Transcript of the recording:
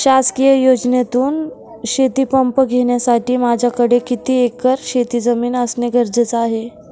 शासकीय योजनेतून शेतीपंप घेण्यासाठी माझ्याकडे किती एकर शेतजमीन असणे गरजेचे आहे?